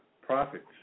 profits